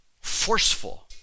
forceful